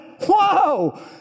whoa